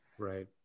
Right